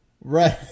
Right